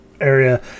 area